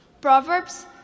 Proverbs